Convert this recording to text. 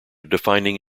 defining